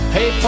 Hey